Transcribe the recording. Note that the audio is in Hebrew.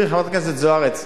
חברת הכנסת זוארץ,